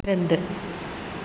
இரண்டு